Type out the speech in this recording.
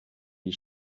die